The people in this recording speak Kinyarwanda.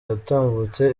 yatambutse